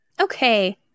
Okay